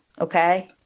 okay